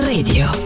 Radio